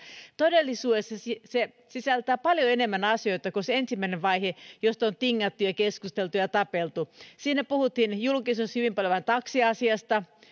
todellisuudessa se sisältää paljon enemmän asioita kuin se ensimmäinen vaihe josta on tingattu ja keskusteltu ja tapeltu siinä puhuttiin julkisuudessa hyvin paljon vain taksiasiasta niin